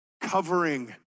covering